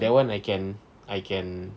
that [one] I can I can